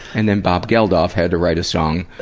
and then bob geldolf had to write a song, ah,